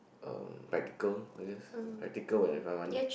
um practical I guess practical and if I have money